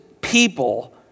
people